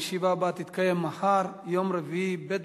הישיבה הבאה תתקיים מחר, יום רביעי, ב'